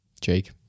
Jake